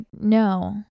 No